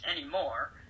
anymore